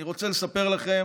אני רוצה לספר לכם